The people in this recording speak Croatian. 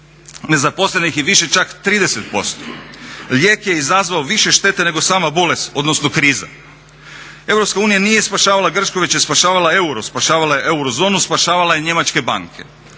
nezaposlenih je više čak 30%. Lijek je izazvao više štete nego sama bolest odnosno kriza. EU nije spašavala Grčku već je spašavala euro, spašavala je eurozonu, spašavala je njemačke banke.